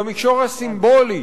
במישור הסימבולי,